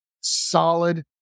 solid